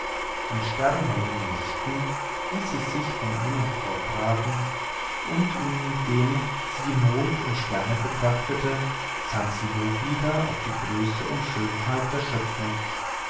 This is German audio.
in sternenhellen nächten ließ sie sich von ihm emportragen und indem sie mond und sterne betrachtete sang sie loblieder auf die größe und schönheit der schöpfung